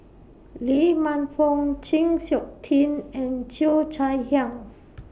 Lee Man Fong Chng Seok Tin and Cheo Chai Hiang